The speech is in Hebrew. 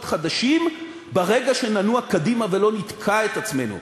חדשים ברגע שננוע קדימה ולא נתקע את עצמנו.